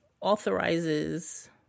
authorizes